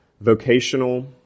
vocational